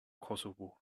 kosovo